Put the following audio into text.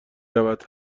رود